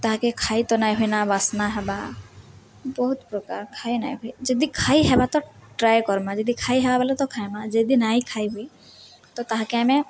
ତାହାକେ ଖାଇ ତ ନାଇଁ ହୁଏନା ବାସ୍ନା ହେବା ବହୁତ ପ୍ରକାର ଖାଇ ନାଇଁ ହୁଏ ଯଦି ଖାଇ ହେବା ତ ଟ୍ରାଏ କର୍ମା ଯଦି ଖାଇ ହେବା ବୋଲେ ତ ଖାଏମା ଯଦି ନାଇଁ ଖାଇ ହୁଏ ତ ତାହାକେ ଆମେ